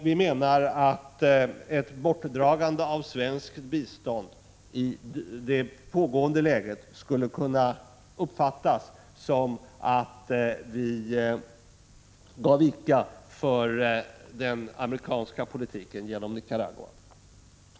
Vi menar att ett borttagande av svenskt bistånd i nuvarande läge skulle kunna uppfattas som att Sverige gav vika för den amerikanska politiken mot Nicaragua.